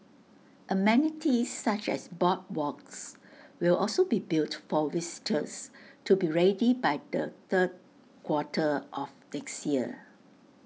amenities such as boardwalks will also be built for visitors to be ready by the third quarter of next year